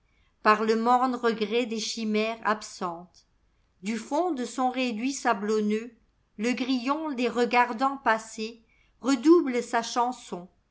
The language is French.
appesantispar le morne regret des chimères absentes du fond de son réduit sablonneux le grillon les regardant passer redouble sa chanson